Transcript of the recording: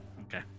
Okay